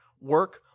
work